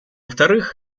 вторых